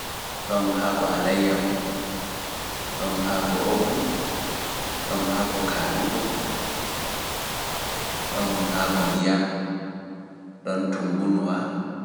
Ɗoon haako alaiyaho, ɗoon haako ogu, ɗoon haako kaaɗuko, ɗoon haako ndiyam, ɗoon tungunua.